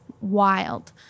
wild